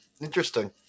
Interesting